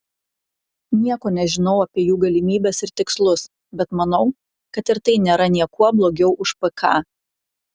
nieko nežinau apie jų galimybes ir tikslus bet manau kad ir tai nėra niekuo blogiau už pk